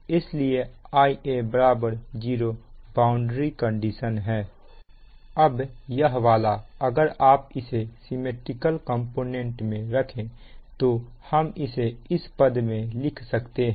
इसलिए Ia 0 boundary condition अब यह वाला अगर आप इसे सिमिट्रिकल कंपोनेंट में रखें तो हम इसे इस पद में लिख सकते हैं